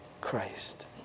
Christ